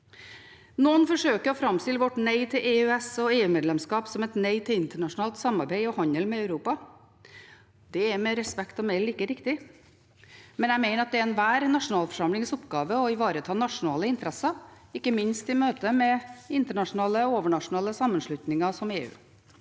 Noen forsøker å framstille vårt nei til EØS og EU-medlemskap som et nei til internasjonalt samarbeid og handel med Europa. Det er med respekt å melde ikke riktig, men jeg mener at det er enhver nasjonalforsamlings oppgave å ivareta nasjonale interesser, ikke minst i møte med internasjonale og overnasjonale sammenslutninger som EU.